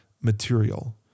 material